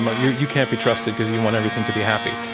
but you you can't be trusted because you want everything to be happy.